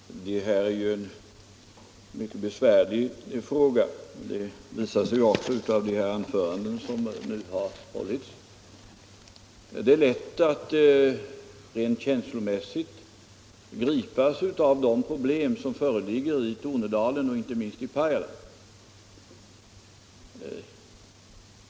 Herr talman! Detta är ju en mycket besvärlig fråga — det visar också de anföranden som nu har hållits. Det är lätt att rent känslomässigt gripas av de problem som föreligger i Tornedalen och inte minst i Pajala.